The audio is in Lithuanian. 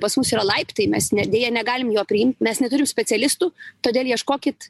pas mus yra laiptai mes ne deja negalim jo priimt mes neturim specialistų todėl ieškokit